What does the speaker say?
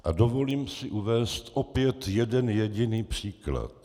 A dovolím si uvést opět jeden jediný příklad.